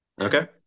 Okay